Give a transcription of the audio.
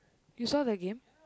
you saw the game